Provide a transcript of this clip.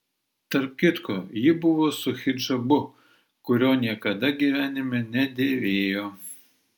tarp kitko ji buvo su hidžabu kurio niekada gyvenime nedėvėjo